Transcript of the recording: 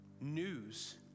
news